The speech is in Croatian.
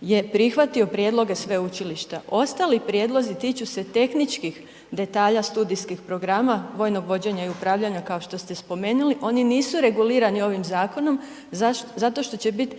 je prihvatio prijedloge sveučilišta. ostali prijedlozi tiču se tehničkih detalja studijskih programa vojnog vođenja i upravljanja kao što ste spomenuli, oni nisu regulirani ovim zakonom, zašto, zato što će bit